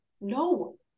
No